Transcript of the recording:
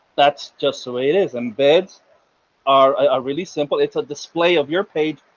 that's just the way it is. and beds are ah really simple. it's a display of your page.